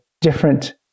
different